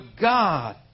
God